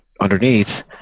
underneath